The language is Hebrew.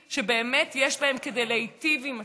שבאמת יש בהם כדי להיטיב עם הציבור,